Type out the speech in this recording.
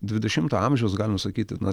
dvidešimto amžiaus galim sakyti na